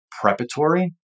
preparatory